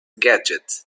gadget